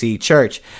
Church